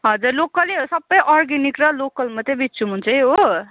हजुर लोकलै हो सबै अर्ग्यानिक र लोकल मात्रै बेच्छु म चाहिँ हो